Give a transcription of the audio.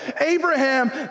Abraham